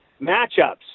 matchups